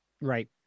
right